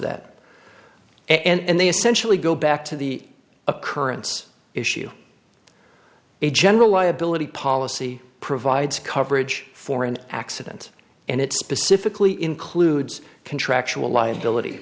that and they essentially go back to the occurrence issue a general liability policy provides coverage for an accident and it specifically includes contractual liability